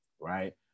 right